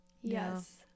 Yes